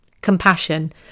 Compassion